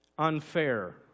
unfair